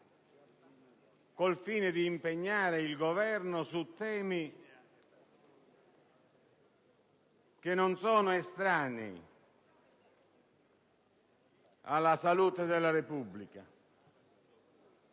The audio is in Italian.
il fine di impegnare il Governo su problematiche non estranee alla salute della Repubblica.